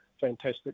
fantastic